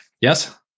yes